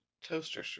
Toaster